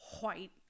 white